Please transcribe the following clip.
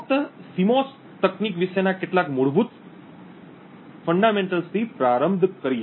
ફક્ત સિમોસ તકનીક વિશેના કેટલાક મૂળભૂત ફંડામેન્ટલ્સથી પ્રારંભ કરીએ